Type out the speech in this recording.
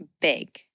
Big